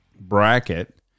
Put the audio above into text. bracket